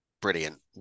brilliant